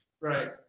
Right